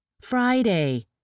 Friday